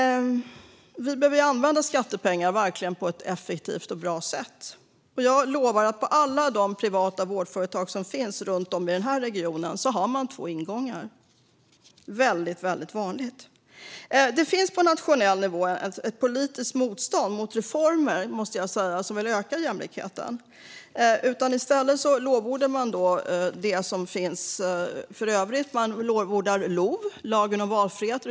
Vi behöver verkligen använda skattepengar på ett effektivt och bra sätt. Jag lovar att man har två ingångar på alla de privata vårdföretag som finns runt om i den här regionen. Det är väldigt vanligt. Det finns på nationell nivå ett politiskt motstånd mot reformer som syftar till att öka jämlikheten, måste jag säga. I stället lovordas exempelvis LOV, lagen om valfrihetssystem.